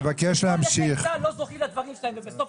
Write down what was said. כל נכי צה"ל לא זוכים לדברים שלהם ובסופו